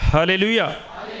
Hallelujah